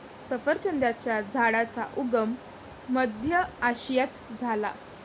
सफरचंदाच्या झाडाचा उगम मध्य आशियात झाला